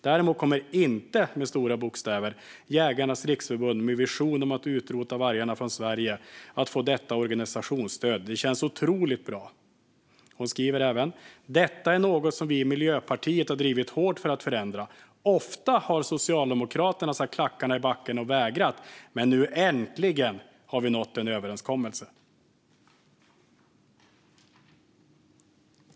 Däremot kommer inte Jägarnas Riksförbund med vision om att utrota vargarna från Sverige att få detta organisationsstöd. Det känns otroligt bra. Hon skriver även: Detta är något som vi Miljöpartiet har drivit hårt för att förändra. Ofta har Socialdemokraterna satt klackarna i backen och vägrat, men nu äntligen har vi nått en överenskommelse.